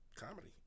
comedy